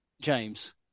James